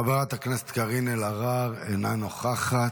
חברת הכנסת קארין אלהרר, אינה נוכחת,